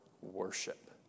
worship